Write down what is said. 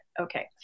Okay